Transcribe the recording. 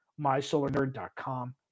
MySolarNerd.com